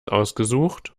ausgesucht